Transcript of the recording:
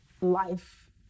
life